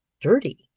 dirty